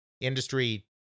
industry